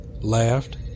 Laughed